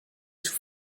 sous